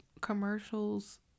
commercials